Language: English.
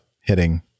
hitting